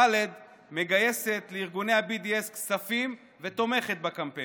ח'אלד מגייסת לארגוני ה-BDS כספים ותומכת בקמפיין.